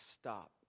stop